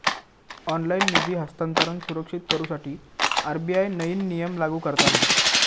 online निधी हस्तांतरण सुरक्षित करुसाठी आर.बी.आय नईन नियम लागू करता हा